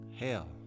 Hell